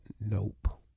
Nope